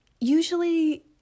usually